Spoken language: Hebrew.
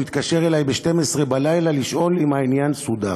הוא התקשר אלי ב-12 בלילה לשאול אם העניין סודר.